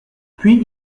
puis